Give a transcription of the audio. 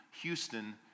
Houston